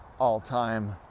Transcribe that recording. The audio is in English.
all-time